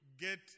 get